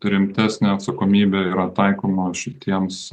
rimtesnė atsakomybė yra taikoma šitiems